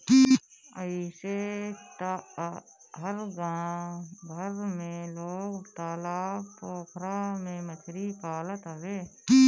अइसे तअ हर गांव घर में लोग तालाब पोखरा में मछरी पालत हवे